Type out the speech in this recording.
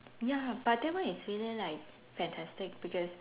ya but that one is really like fantastic because